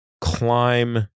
climb